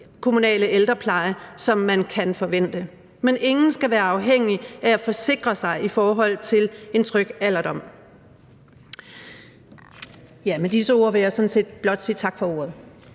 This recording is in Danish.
kommunale ældrepleje, som man kan forvente. Men ingen skal være afhængige af at forsikre sig i forhold til en tryg alderdom.